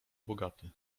bogaty